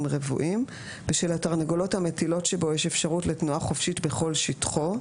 רבועים ושלתרנגולות המטילות שבו יש אפשרות לתנועה חופשית בכל שטחו.